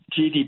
GDP